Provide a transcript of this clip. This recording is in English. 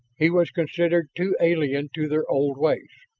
he was considered too alien to their old ways.